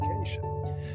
education